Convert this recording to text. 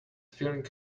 feeling